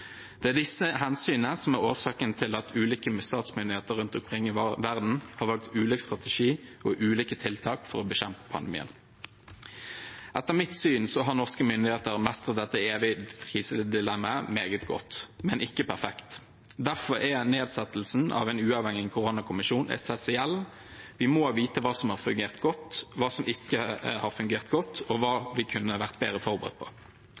Det er disse hensynene som er årsaken til at ulike statsmyndigheter rundt omkring i verden har valgt ulik strategi og ulike tiltak for å bekjempe pandemien. Etter mitt syn har norske myndigheter mestret dette evige krisedilemmaet meget godt, men ikke perfekt. Derfor er nedsettelsen av en uavhengig koronakommisjon essensiell. Vi må vite hva som har fungert godt, hva som ikke har fungert godt, og hva vi kunne vært bedre forberedt på.